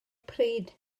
pryd